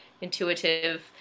intuitive